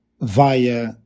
via